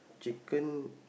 chicken